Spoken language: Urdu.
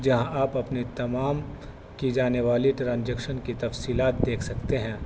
جہاں آپ اپنی تمام کی جانے والی ٹرانجیکشن کی تفصیلات دیکھ سکتے ہیں